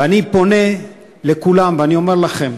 ואני פונה לכולם ואני אומר לכם,